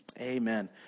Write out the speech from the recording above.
Amen